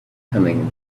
coming